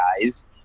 guys